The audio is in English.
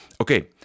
Okay